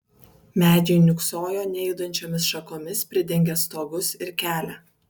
medžiai niūksojo nejudančiomis šakomis pridengę stogus ir kelią